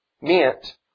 meant